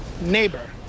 Neighbor